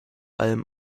allem